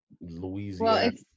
Louisiana